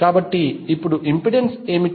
కాబట్టి ఇప్పుడు ఇంపిడెన్స్ ఏమిటి